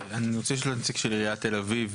אני רוצה לשאול את הנציג של עיריית תל אביב,